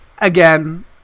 Again